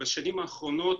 בשנים האחרונות